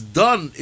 done